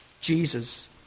Jesus